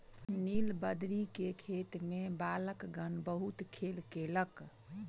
नीलबदरी के खेत में बालकगण बहुत खेल केलक